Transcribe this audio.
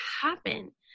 happen